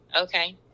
Okay